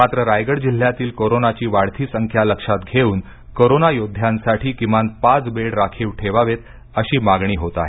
मात्र रायगड जिल्हयातील कोरोनाची वाढती संख्या लक्षात घेऊन कोरोना यौध्दयांसाठी किमान पाच बेड राखीव ठेवावेत अशी मागणी होत आहे